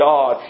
God